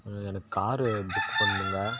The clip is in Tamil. எனக்கு காரு புக் பண்ணுங்கள்